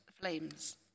flames